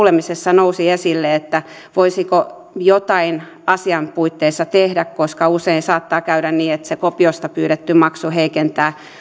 nousi esille että voisiko jotain asian puitteissa tehdä koska usein saattaa käydä niin että se kopiosta pyydetty maksu heikentää